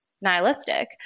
nihilistic